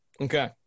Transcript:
Okay